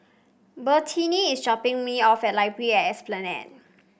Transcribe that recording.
Bertina is dropping me off at Library at Esplanade